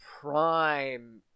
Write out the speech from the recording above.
prime